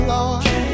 Lord